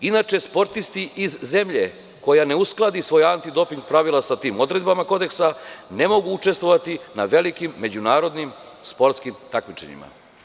Inače, sportisti iz zemlje koja ne uskladi svoja anti doping pravila sa tim odredbama kodeksa, ne mogu učestovati na velikim međunarodnim sportskim takmičenjima“